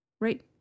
Right